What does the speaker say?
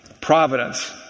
Providence